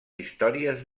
històries